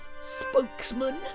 spokesman